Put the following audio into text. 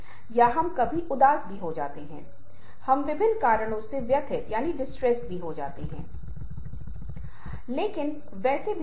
अब यदि आप महिलाओं के मुस्कुराने के तरीके को देख रहे हैं और जिस तरह से पुरुष एक संस्कृति के भीतर मुस्कुराते हैं और आप विभिन्न स्थितियों में उस के स्नैप शॉट्स लेते हैं तो शायद आपको एक अंतर मिलेगा